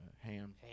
Ham